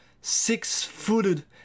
Six-footed